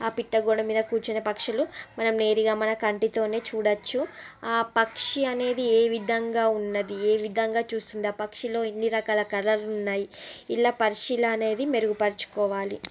ఆ పిట్ట గోడ మీద కూర్చునే పక్షులు మనం నేరుగా మన కంటితోనే చూడవచ్చు ఆ పక్షి అనేది ఏ విధంగా ఉన్నది ఏ విధంగా చూస్తుంది ఆ పక్షిలో ఎన్ని రకాల కలర్లు ఉన్నాయి ఇలా పరిశీలన అనేది మెరుగు పరుచుకోవాలి